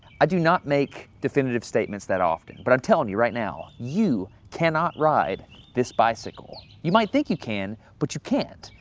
i do not make definitive statements that often, but i'm telling you right now, you cannot ride this bicycle. you might think you can, but you can't.